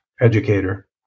Educator